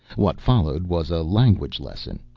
what followed was a language lesson.